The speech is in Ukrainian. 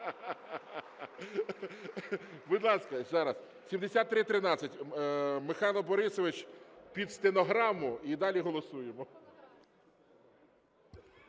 Будь ласка, ще раз, 7313, Михайло Борисович під стенограму і далі голосуємо.